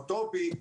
אוטופי,